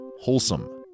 Wholesome